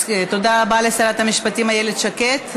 תודה רבה לשרת המשפטים איילת שקד.